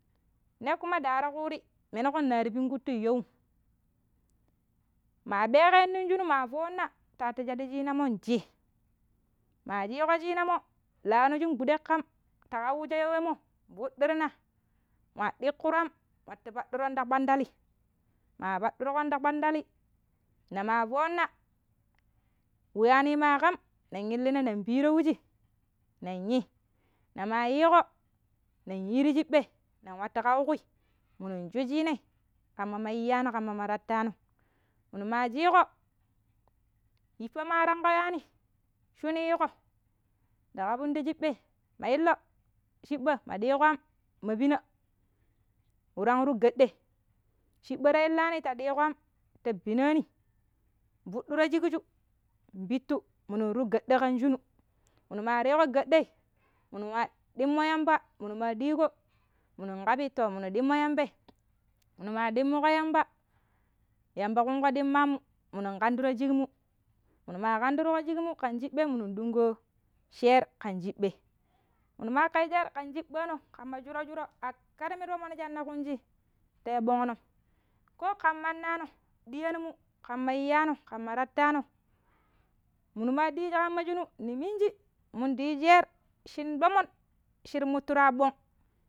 Ne kuma nda wuro̱ ƙuuri, menuƙo narr pingƙurru you'um. Maa ɓeeƙeeno̱ no̱ng shini maa fo̱o̱na taati shadɗu ciinamo ncii, maa ciiƙo ciinammo̱ laamo̱ shin gbude ƙam ta ƙawujo̱ ya wemmo̱ nfuddirrna nwa ɗikkiru am nwattu ƙemmujon ta kpandalii. Maa paɗɗurƙon ta kpandalii ne maa foouna wu ywaani maa ƙam nen illina nen piiro wujii nen yii. Ne maa yiiƙo nen yiiru chiɓɓei nen wattu kawu ƙui minnu cu ciinai ƙamma ma iyaano̱ ƙamma ma tataano̱. Minu maa ciiƙo̱ yippa̱ maatangƙo ywaani shuni yiiƙo̱ nda ƙabun ti chiɓɓei, ma illo̱ chiɓa ma diiƙo am ma pina wu tang ru ga̱dda̱i chiɓɓa̱ ta illaani ta bina am ta bina̱a̱ni nfuɗɗuro̱ shikkiju npittu minun ni ga̱ɗɗa̱ ƙan shinu. Minu maa riiƙo ga̱ɗɗa̱i minun nwa ɗimmo̱ yamba miim maa ɗiiƙo mimun ƙabi mmim to, minu ɗimma yambai. Mimu maa dimmuƙo yamba, yamba ɗungko ɗimmaa mu mimun nƙanduro̱ shikinu. Minu maa ɗandurƙo shikmu ƙan chiɓɓei minun ɗungƙo sheer ƙan chibbei minu maa ikka yu sheer ƙan shiɓɓa̱a̱no̱ ƙamma sho̱ro̱-sho̱ro̱ a kari mari to̱mo̱n shi ne ƙunji ta ɓo̱ngno̱m ko ƙan manaano̱ ɗiya̱nmu ƙamma iyaano̱ kamma tattaano̱ minu maa ɗiji ƙamma shinu ne minji mun ndii yu sheer shin to̱mo̱n sheer mutariɓong.